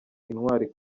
intwari